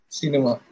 cinema